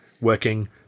working